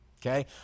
okay